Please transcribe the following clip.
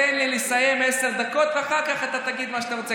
תן לי לסיים עשר דקות ואחר כך תגיד מה שאתה רוצה,